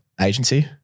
agency